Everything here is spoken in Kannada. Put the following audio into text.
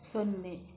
ಸೊನ್ನೆ